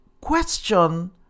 question